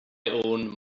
own